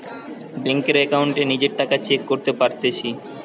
বেংকের একাউন্টে নিজের টাকা চেক করতে পারতেছি